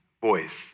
voice